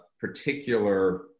particular